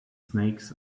snakes